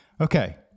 Okay